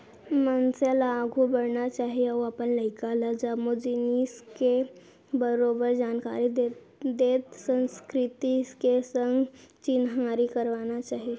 मनसे ल आघू बढ़ना चाही अउ अपन लइका ल जम्मो जिनिस के बरोबर जानकारी देत संस्कृति के संग चिन्हारी करवाना चाही